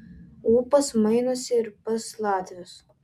ūpas mainosi ir pas latvius